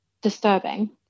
disturbing